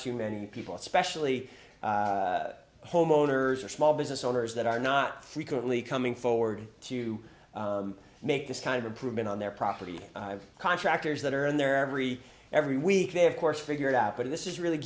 too many people especially homeowners or small business owners that are not frequently coming forward to make this kind of improvement on their property contractors that are in there every every week they have course figured out but this is really